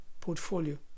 portfolio